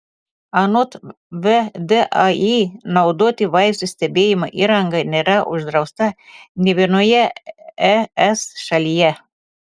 anot vdai naudoti vaizdo stebėjimo įrangą nėra uždrausta nė vienoje es šalyje